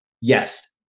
Yes